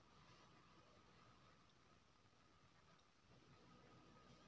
नारियल तेल रुम तापमान पर पचीस डिग्री पर पघिल जाइ छै